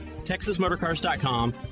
TexasMotorCars.com